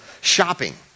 Shopping